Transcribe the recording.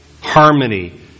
harmony